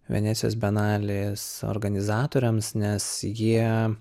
venecijos bienalės organizatoriams nes jie